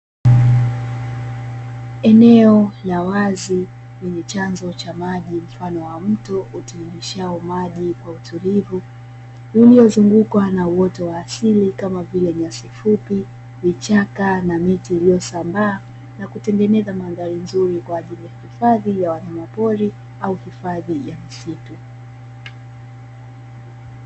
Eneo la wazi lenye chanzo cha maji mfano wa mto utiririshao maji kwa utulivu iliyozungukwa na uoto wa asili kama vile nyasi fupi, vichaka na miti iliyosambaa na kutengeneza mandhari nzuri kwa ajili ya hifadhi ya wanyama pori au hifadhi ya misitu.